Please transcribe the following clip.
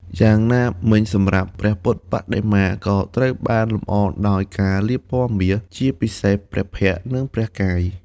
យ៉ាងណាមិញសម្រាប់ ព្រះពុទ្ធបដិមា ក៏ត្រូវបានលម្អដោយការលាបពណ៌មាស ជាពិសេសព្រះភ័ក្ត្រ និងព្រះកាយ។